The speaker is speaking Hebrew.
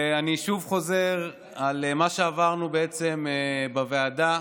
אני שוב חוזר על מה שעברנו בעצם בוועדה.